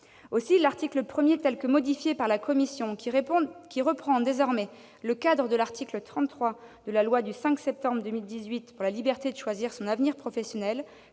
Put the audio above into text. L'article 1, tel que modifié par la commission, reprend désormais le cadre de l'article 33 de la loi du 5 septembre 2018 pour la liberté de choisir son avenir professionnel,